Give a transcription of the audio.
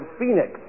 Phoenix